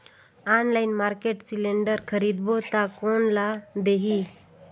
Online market cylinder खरीदबो ता कोन ला देही?